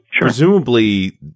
presumably